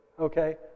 okay